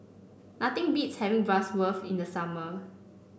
nothing beats having Bratwurst in the summer